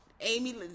Amy